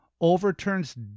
Overturns